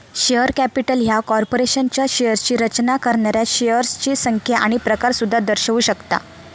share capital ह्या कॉर्पोरेशनच्या शेअर्सची रचना करणाऱ्या शेअर्सची संख्या आणि प्रकार सुद्धा दर्शवू शकता